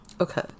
Okay